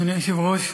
אדוני היושב-ראש,